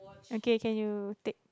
okay can you take